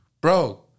bro